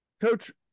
Coach